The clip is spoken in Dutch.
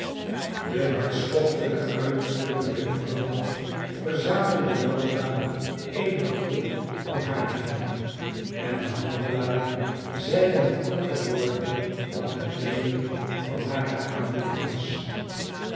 de hartstochtelijke uitroepingen der vrouw verzamelden weldra eene groep om haar heen en de handelaar zeide met korte woorden wat de reden van hare aandoening was